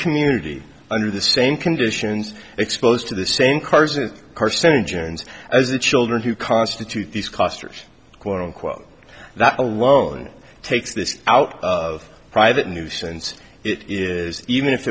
community under the same conditions exposed to the same cars and carcinogens as the children who constitute these clusters quote unquote that alone takes this out of private nuisance it is even if